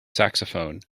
saxophone